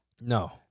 No